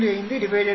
5 20